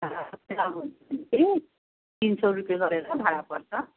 भाडामा लाउनुहुन्छ भने चाहिँ तिन सय रुपियाँ गरेर भाडा पर्छ